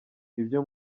ibyo